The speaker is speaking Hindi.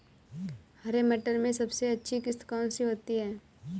हरे मटर में सबसे अच्छी किश्त कौन सी होती है?